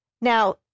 Now